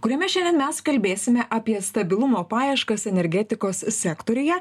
kuriame šiandien mes kalbėsime apie stabilumo paieškas energetikos sektoriuje